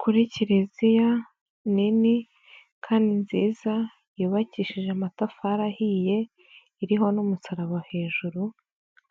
Kuri Kiliziya nini kandi nziza yubakishije amatafari ahiye iriho n'umusaraba hejuru